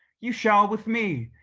you shall with me,